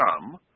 come